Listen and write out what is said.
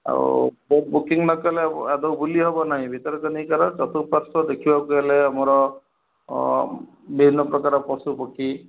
ଆଉ କେଉଁ ବୁକିଂ ନ କଲେ ଆଦୌ ବୁଲି ହେବ ନାହିଁ ବି ଭିତରକନିକାର ଚତୁଃପାର୍ଶ୍ୱ ଦେଖିବାକୁ ହେଲେ ଆମର ବିଭିନ୍ନ ପ୍ରକାର ପଶୁ ପକ୍ଷୀ